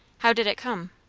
how did it come?